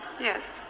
yes